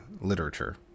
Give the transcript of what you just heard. literature